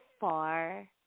far